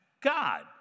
God